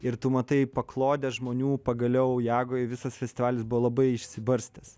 ir tu matai paklodę žmonių pagaliau jagoj visas festivalis buvo labai išsibarstęs